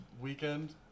weekend